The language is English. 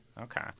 Okay